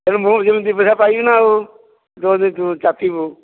ମାନେ ମୁଁ ଯେମିତି ପଇସା ପାଇବିନା ଆଉ ଯଦି ତୁ ଚାଖିବୁ